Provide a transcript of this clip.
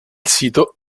sito